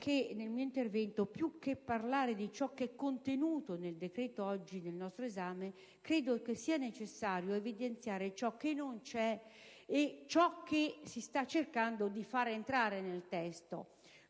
Detto questo, più che parlare di ciò che è contenuto nel decreto oggi al nostro esame, credo sia necessario evidenziare ciò che non c'è e cosa si sta cercando di far entrare nel testo